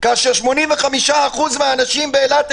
כאשר 85% מהאנשים באילת,